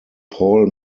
paul